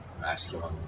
masculine